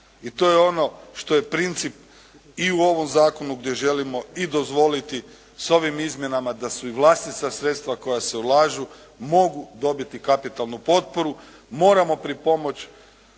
i to je ono što je princip i u ovom zakonu gdje želimo i dozvoliti sa ovim izmjenama da su i vlastita sredstva koja se ulažu mogu dobiti kapitalnu potporu moramo pripomoći